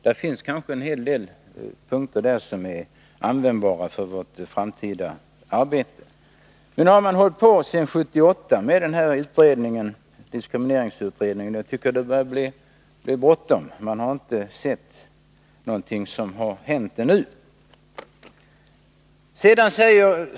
Det finns kanske en hel del där som kan vara användbart för vårt framtida arbete. Diskrimineringsutredningen har arbetat sedan 1978, och jag tycker nu att det börjar bli bråttom. Vi har inte sett att det har hänt någonting ännu.